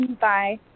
Bye